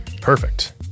Perfect